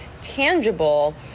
tangible